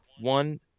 One